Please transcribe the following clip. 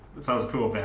sounds cool man.